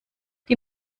die